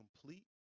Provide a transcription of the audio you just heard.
complete